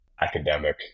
academic